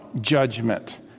judgment